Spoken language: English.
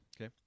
Okay